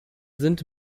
sind